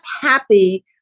happy